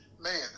man